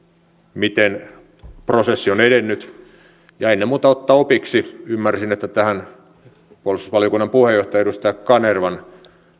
miten prosessi on edennyt ja ennen muuta ottaa opiksi ymmärsin että tähän puolustusvaliokunnan puheenjohtajan edustaja kanervan